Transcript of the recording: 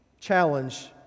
challenge